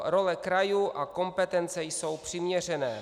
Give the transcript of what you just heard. Role krajů a kompetence jsou přiměřené.